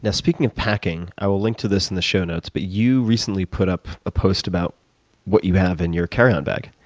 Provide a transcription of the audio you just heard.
speaking of packing, i will link to this in the show notes but you recently put up a post about what you have in your carryon bag.